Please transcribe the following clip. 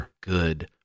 good